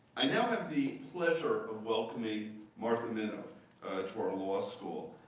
i now have the pleasure of welcoming martha minow to our law school.